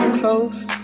close